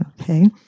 Okay